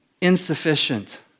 Insufficient